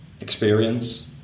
experience